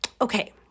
Okay